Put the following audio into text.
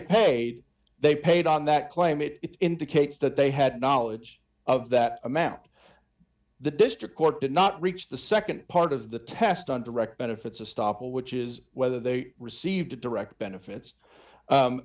paid they paid on that claim it indicates that they had knowledge of that amount the district court did not reach the nd part of the test on direct benefits of stoppel which is whether they received direct benefits